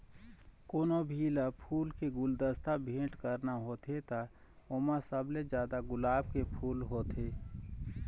कोनो भी ल फूल के गुलदस्ता भेट करना होथे त ओमा सबले जादा गुलाब के फूल होथे